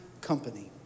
company